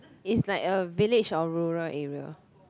is like a village of rural area